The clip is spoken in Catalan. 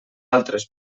altres